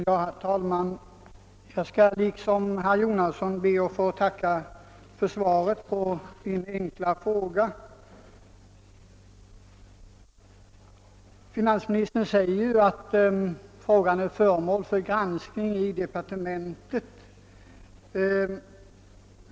Herr talman! Jag ber liksom herr Jonasson att få framföra ett tack för det svar som finansministern lämnat. Finansministern förklarar att frågan är föremål för granskning i departementet.